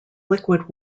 liquid